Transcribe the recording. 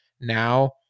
now